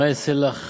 מה אעשה לך